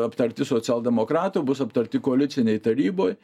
aptarti socialdemokratų bus aptarti koalicinėj taryboj